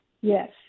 Yes